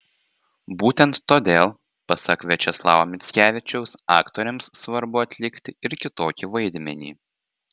būtent todėl pasak viačeslavo mickevičiaus aktoriams svarbu atlikti ir kitokį vaidmenį